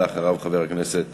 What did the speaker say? אחריו, חבר הכנסת